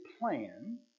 plan